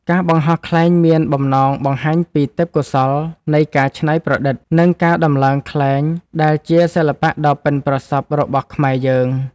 ការបង្ហោះខ្លែងមានបំណងបង្ហាញពីទេពកោសល្យនៃការច្នៃប្រឌិត និងការដំឡើងខ្លែងដែលជាសិល្បៈដ៏ប៉ិនប្រសប់របស់ខ្មែរយើង។